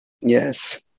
Yes